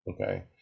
okay